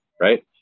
right